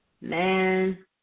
man